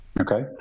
okay